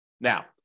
Now